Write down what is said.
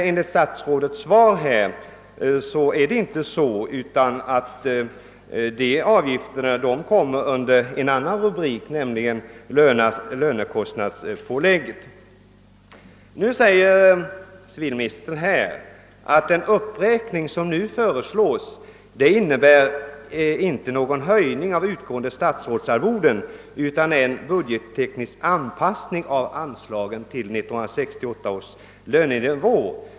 Enligt statsrådets svar är det inte så, utan avgifterna kommer under en annan rubrik, nämligen lönekostnadspålägget. Civilministern säger nu att den uppräkning som föreslås inte innebär någon höjning av utgående statsrådsarvoden utan är en budgetteknisk anpassning av anslagen till 1968 års lönenivå.